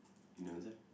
you don't answer